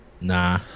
Nah